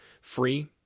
free